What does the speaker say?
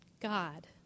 God